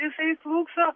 jisai slūgso